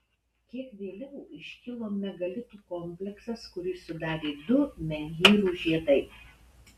kiek vėliau iškilo megalitų kompleksas kurį sudarė du menhyrų žiedai